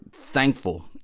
thankful